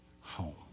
home